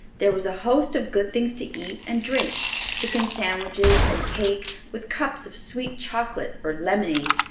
there was a host of good things to eat and drink chicken sandwiches and cake, with cups of sweet chocolate, or lemonade,